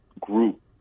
group